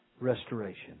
Restoration